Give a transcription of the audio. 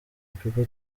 people